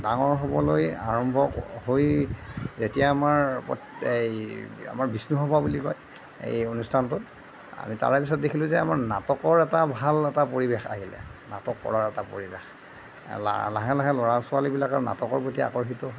ডাঙৰ হ'বলৈ আৰম্ভ হৈ যেতিয়া আমাৰ এই আমাৰ বিষ্ণুসভা বুলি কয় এই অনুষ্ঠানটোত আমি তাৰে পিছত দেখিলো যে আমাৰ নাটকৰ এটা ভাল এটা পৰিৱেশ আহিলে নাটক কৰাৰ এটা পৰিৱেশ লা লাহে লাহে ল'ৰা ছোৱালীবিলাক নাটকৰ প্ৰতি আকৰ্ষিত হ'ল